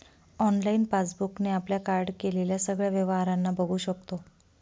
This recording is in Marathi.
ऑनलाइन पासबुक ने आपल्या कार्ड केलेल्या सगळ्या व्यवहारांना बघू शकतो